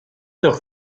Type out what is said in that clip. doch